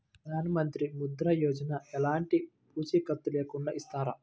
ప్రధానమంత్రి ముద్ర యోజన ఎలాంటి పూసికత్తు లేకుండా ఇస్తారా?